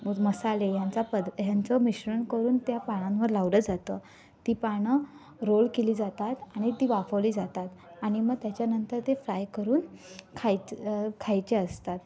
मसाले ह्याचा पद ह्यांचं मिश्रण करून त्या पानांवर लावलं जातं ती पानं रोल केली जातात आणि ती वाफवली जातात आणि मग त्याच्यानंतर ते फ्राय करून खायच खायचे असतात